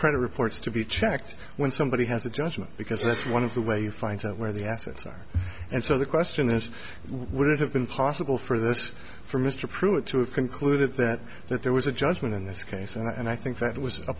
credit reports to be checked when somebody has a judgment because that's one of the way to find out where the assets are and so the question is would it have been possible for this for mr pruitt to have concluded that that there was a judgment in this case and i think that was a